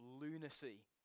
lunacy